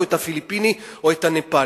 את הפיליפיני או את הנפאלי,